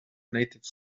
natives